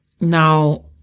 now